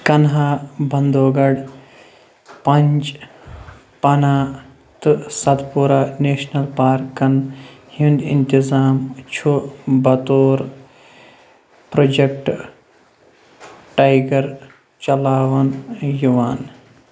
كَنہا Bandhavgarh Pench Panna تہٕ Satpura national پارکَن ہُنٛد انتظام چھُ بطور پرٛوجَکٹ ٹایگر چلاوَن یِوان